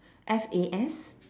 F A S